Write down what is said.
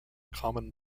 common